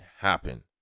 happen